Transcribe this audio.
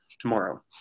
tomorrow